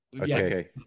Okay